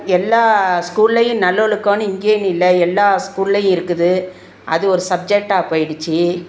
எல்லா ஸ்கூல்லேயும் நல்லொழுக்கோனு இங்கேன்னு இல்லை எல்லா ஸ்கூல்லேயும் இருக்குது அது ஒரு சப்ஜெக்டாக போய்டிச்சி